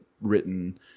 written